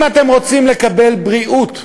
אם אתם רוצים לקבל בריאות ברמה,